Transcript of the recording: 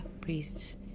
priests